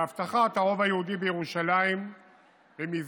והבטחת הרוב היהודי בירושלים במסגרת